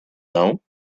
now